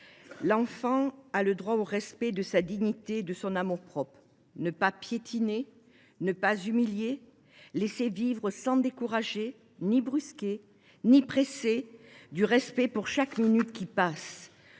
l’enfant a le droit au respect de sa dignité et de son amour propre, ne pas piétiner, ne pas humilier, laisser vivre sans décourager, ni brusquer ni presser, du respect pour chaque minute qui passe.